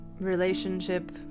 relationship